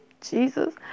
Jesus